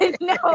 No